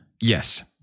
Yes